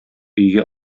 өйгә